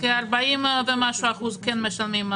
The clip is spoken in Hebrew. כ-40% ומשהו כן משלמים מס,